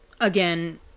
again